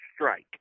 strike